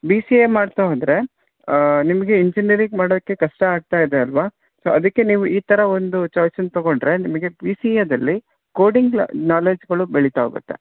B C A ಮಾಡ್ತಾ ಹೋದರೆ ನಿಮಗೆ ಇಂಜಿನಿಯರಿಂಗ್ ಮಾಡಕ್ಕೆ ಕಷ್ಟ ಆಗ್ತಾ ಇದೆ ಅಲ್ಲವಾ ಸೊ ಅದಕ್ಕೆ ನೀವು ಈ ಥರ ಒಂದು ಚಾಯ್ಸನ್ನ ತಗೊಂಡರೆ ನಿಮಗೆ ಬಿಸಿಎದಲ್ಲಿ ಕೋಡಿಂಗ್ ಲ ನಾಲೆಜ್ಗಳು ಬೆಳಿತಾ ಹೋಗುತ್ತೆ